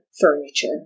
furniture